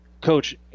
Coach